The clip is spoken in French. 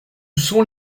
sont